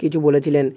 কিছু বলেছিলেন